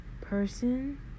person